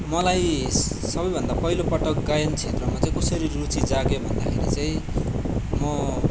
मलाई सबैभन्दा पहिलोपटक गायन क्षेत्रमा चाहिँ कसरी रुचि जाग्यो भन्दाखेरि चाहिँ म